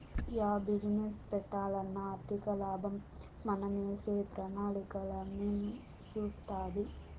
yeah business పెట్టాలన్నా ఆర్థికలాభం మనమేసే ప్రణాళికలన్నీ సూస్తాది